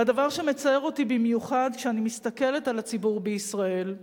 והדבר שמצער אותי במיוחד כשאני מסתכלת על הציבור בישראל,